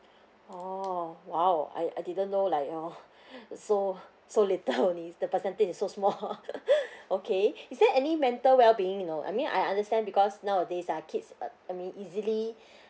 oh !wow! I I didn't know like hor so so little only the percentage is so small okay is there any mental well being you know I mean I understand because nowadays ah kids uh I mean easily